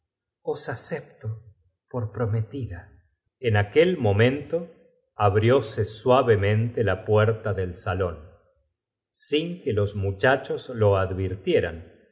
os acepto por prometida nían un precio inestimable porque do haen aquel momento abrióse suavemente la puerta del salón sin que los muchachos lo advirtieran